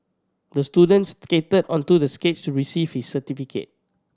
the students skated onto the stage to receive his certificate